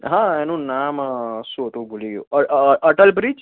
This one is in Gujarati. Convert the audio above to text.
હા એનું નામ શું હતું હું ભૂલી ગયો અટલ બ્રિજ